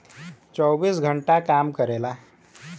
चौबीस घंटा काम करेला